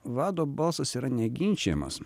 vado balsas yra neginčijamas